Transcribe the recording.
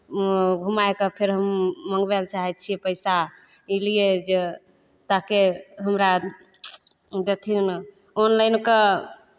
घुमाए कऽ फेर हम मँगवाए लेल चाहै छियै पैसा ई लिए जे ताकि हमरा देथिन ऑनलाइन कऽ